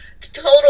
Total